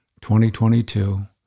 2022